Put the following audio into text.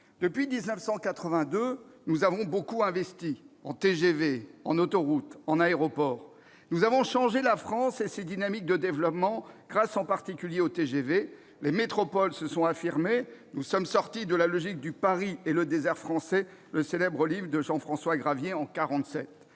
Depuis 1982, nous avons beaucoup investi : en TGV, en autoroutes, en aéroports ... Nous avons changé la France et ses dynamiques de développement, grâce en particulier au TGV, les métropoles se sont affirmées, nous sommes sortis de la logique du, le célèbre livre de Jean-François Gravier paru en 1947.